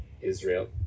Israel